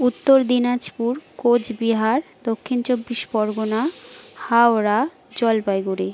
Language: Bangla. উত্তর দিনাজপুর কোচবিহার দক্ষিণ চব্বিশ পরগনা হাওড়া জলপাইগুড়ি